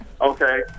okay